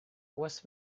was